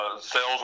sales